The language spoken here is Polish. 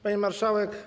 Pani Marszałek!